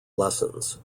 lessons